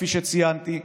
כפי שציינתי,